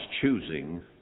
choosing